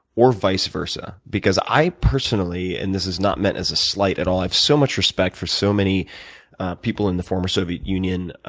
or vice versa. because i personally, and this is not meant as a slight at all. i have so much respect for so many people in the former soviet union.